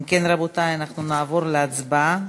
אם כן, רבותי, אנחנו נעבור להצבעה.